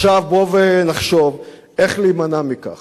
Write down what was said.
עכשיו בוא ונחשוב איך להימנע מכך,